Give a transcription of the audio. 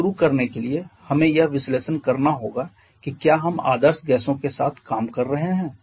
अब शुरू करने के लिए हमें यह विश्लेषण करना होगा कि क्या हम आदर्श गैसों के साथ काम कर रहे हैं